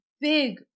big